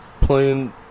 playing